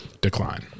decline